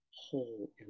whole